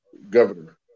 Governor